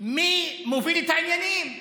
מי מוביל את העניינים,